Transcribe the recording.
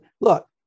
look